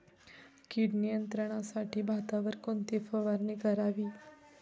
कीड नियंत्रणासाठी भातावर कोणती फवारणी करावी?